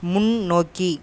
முன்னோக்கி